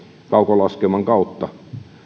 kaukolaskeuman kautta